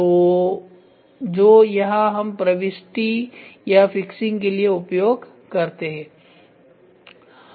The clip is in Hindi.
तो जो यहां हम प्रविष्टि या फिक्सिंग के लिए उपयोग करते हैं